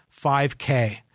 5K